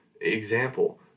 example